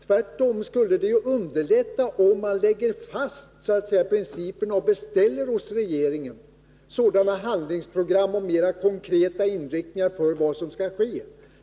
Tvärtom skulle det underlätta om man lägger fast principer och beställer hos regeringen sådana handlingsprogram och mera klara riktlinjer för det som skall ske.